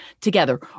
together